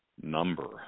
number